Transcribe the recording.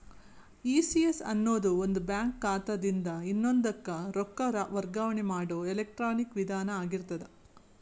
ECS ಅನ್ನೊದು ಒಂದ bank ಖಾತಾದಿನ್ದ ಇನ್ನೊಂದಕ್ಕ ರೊಕ್ಕ ವರ್ಗಾವಣೆ ಮಾಡೊ ಎಲೆಕ್ಟ್ರಾನಿಕ್ ವಿಧಾನ ಆಗಿರ್ತದ